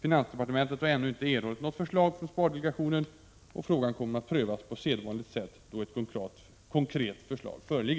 Finansdepartementet har ännu inte erhållit något förslag från spardelegationen. Frågan kommer att prövas på sedvanligt sätt då ett konkret förslag föreligger.